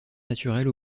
naturelle